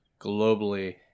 globally